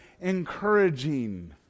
encouraging